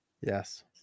Yes